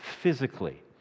physically